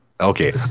Okay